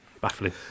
baffling